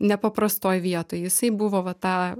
nepaprastoj vietoj jisai buvo va tą